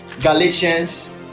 Galatians